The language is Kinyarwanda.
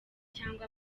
cyangwa